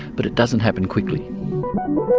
but it doesn't happen quickly.